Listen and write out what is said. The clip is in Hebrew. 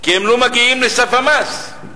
כי הם לא מגיעים לסף המס.